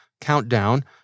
countdown